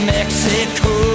Mexico